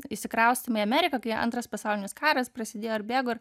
išsikraustymą į ameriką kai antras pasaulinis karas prasidėjo ir bėgo ir